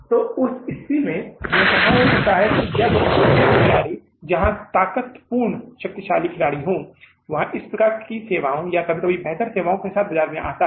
तो उस स्थिति में यह संभव हो सकता है कि जब नया खिलाड़ी जहां ताकत पूर्ण शक्तिशाली खिलाड़ी हो वह इसी प्रकार की सेवाओं या कभी कभी बेहतर सेवाओं के साथ बाजार में आता है